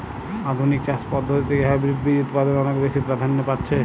আধুনিক চাষ পদ্ধতিতে হাইব্রিড বীজ উৎপাদন অনেক বেশী প্রাধান্য পাচ্ছে